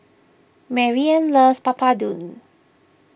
Marian loves Papadum